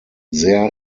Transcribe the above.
sehr